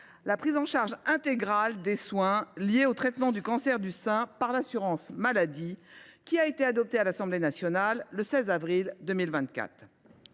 la prise en charge intégrale des soins liés au traitement du cancer du sein par l’assurance maladie, adoptée par l’Assemblée nationale le 16 avril 2024.